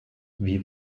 wie